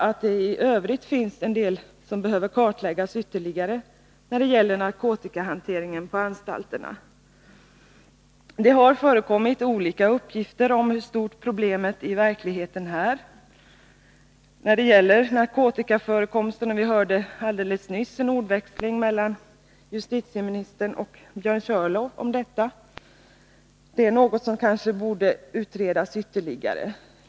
Men i övrigt finns det en hel del som behöver kartläggas ytterligare när det gäller narkotikahanteringen på anstalterna. Det har förekommit olika uppgifter om hur stort problemet i verkligheten är, och vi hörde nyss en ordväxling mellan justitieministern och Björn Körlof om detta.